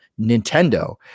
Nintendo